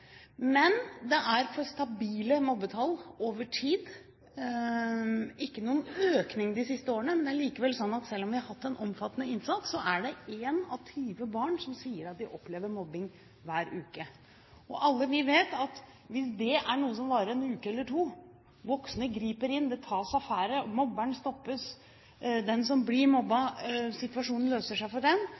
er for stabile mobbetall over tid – ikke noen økning de siste årene, likevel sånn at selv om vi har hatt en omfattende innsats, sier ett av 20 barn at de opplever mobbing hver uke. Og vi vet alle at hvis dette er noe som varer en uke eller to, hvis voksne griper inn, det tas affære, mobberen stoppes, situasjonen for den som blir mobbet, løser seg,